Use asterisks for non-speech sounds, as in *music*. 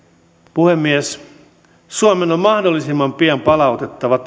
puhemies suomen on mahdollisimman pian palautettava *unintelligible*